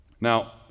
Now